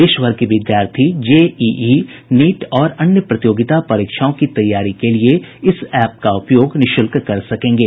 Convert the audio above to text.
देशभर के विद्यार्थी जेईई नीट और अन्य प्रतियोगिता परीक्षाओं की तैयारी के लिए इस ऐप का उपयोग निःशुल्क कर सकेंगे